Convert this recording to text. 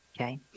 Okay